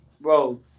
bro